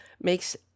makes